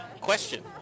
Question